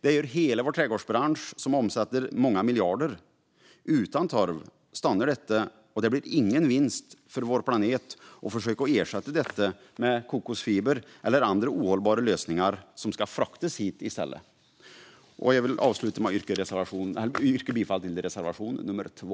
Det gör hela vår trädgårdsbransch, som omsätter många miljarder. Utan torv stannar detta, och det blir ingen vinst för vår planet att försöka ersätta detta med kokosfiber eller andra ohållbara alterntiv som ska fraktas hit i stället. Jag avslutar med att yrka bifall till reservation nummer 2.